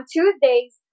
Tuesdays